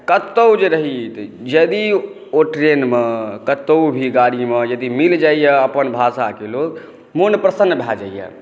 कतौ जे रही यदि ओ ट्रेनमे कतौ भी गाड़ीमे यदि मिल जाइए अपन भाषाके लोक मोन प्रसन्न भए जाइया